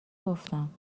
گفتم